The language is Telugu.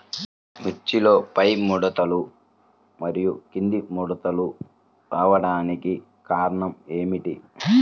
మిర్చిలో పైముడతలు మరియు క్రింది ముడతలు రావడానికి కారణం ఏమిటి?